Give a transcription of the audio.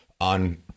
on